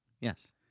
Yes